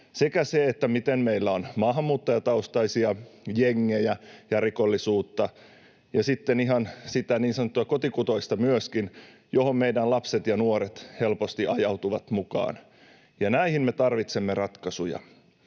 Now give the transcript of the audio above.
piirteitä: meillä on maahanmuuttajataustaisia jengejä ja rikollisuutta ja sitten myöskin ihan sitä niin sanottua kotikutoista, johon meidän lapset ja nuoret helposti ajautuvat mukaan. Näihin me tarvitsemme ratkaisuja.